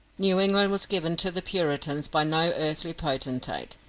new england was given to the puritans by no earthly potentate,